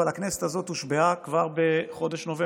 אבל הכנסת הזאת הושבעה כבר בחודש נובמבר.